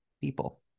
people